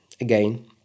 again